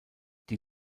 die